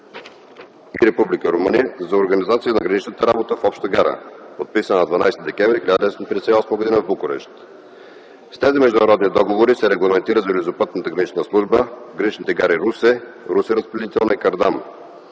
Румъния за организация на граничната работа в обща гара, подписана на 12 декември 1958 г. в Букурещ. С тези международни договори се регламентира железопътната гранична служба в граничните гари Русе, Русе-разпределителна и Кардам,